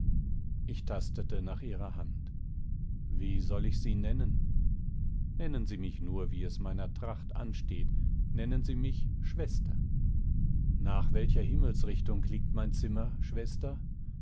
ich tastete nach ihrer hand wie soll ich sie nennen nennen sie mich nur wie es meiner tracht ansteht nennen sie mich schwester nach welcher himmelsrichtung liegt mein zimmer schwester